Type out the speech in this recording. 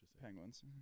penguins